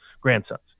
grandsons